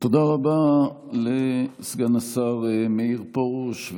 תודה רבה לסגן השר מאיר פרוש.